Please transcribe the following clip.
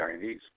Chinese